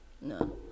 No